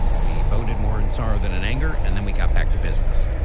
and we voted more in sorrow than in anger. and then we got back to business.